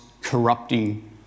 corrupting